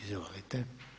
Izvolite.